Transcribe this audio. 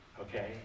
okay